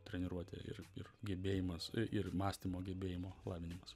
treniruotė ir ir gebėjimas ir mąstymo gebėjimo lavinimas